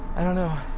i don't know